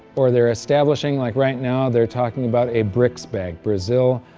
or they're establishing like right now, they're talking about a brics bank brazil,